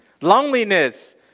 loneliness